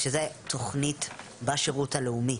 שזה תוכנית בשירות הלאומי,